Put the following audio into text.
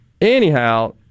anyhow